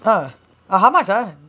ah but how much ah